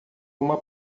uma